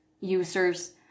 users